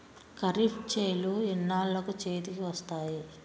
ఖరీఫ్ చేలు ఎన్నాళ్ళకు చేతికి వస్తాయి?